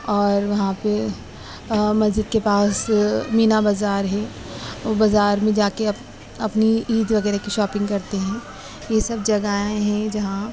اور وہاں پہ مسجد کے پاس مینا بازار ہے وہ بازار میں جا کے اپنی عید وغیرہ کی شاپنگ کرتے ہیں یہ سب جگہیں ہیں جہاں